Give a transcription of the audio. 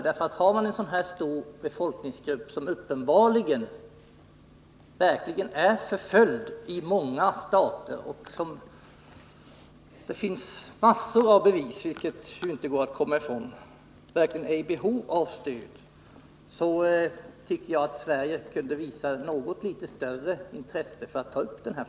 Eftersom det gäller en så stor befolkningsgrupp vilken uppenbarligen är förföljd i många stater — det finns mängder av bevis för detta, som man inte kan komma ifrån — och vilken verkligen är i behov av stöd, tycker jag att Sverige skulle visa ett något större intresse för att ta upp dess sak.